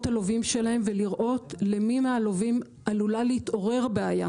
הלווים שלהם ולראות למי מהלווים עלולה להתעורר בעיה.